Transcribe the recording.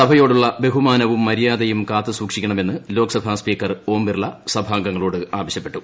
സഭയോടുള്ള ബഹുമാനവും മര്യാദയും കാത്തുസൂക്ഷിക്കണമെന്ന് ലോക്സഭ സ്പീക്കർ ഓം ബിർള സഭാംഗങ്ങളോട് ആവശ്യപ്പെട്ടു